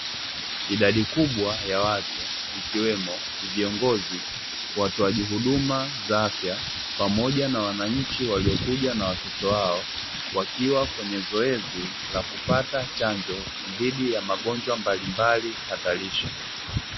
Idadi kubwa ya watu ikiwemo: viongozi, watoaji huduma za afya pamoja na wananchi waliokuja na watoto wao wakiwa kwenye zoezi la kupata chanjo dhidi ya magonjwa mbalimbali hatarishi.